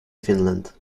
finland